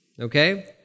okay